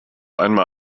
einmal